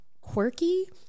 quirky